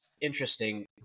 interesting